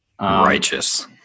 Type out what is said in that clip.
Righteous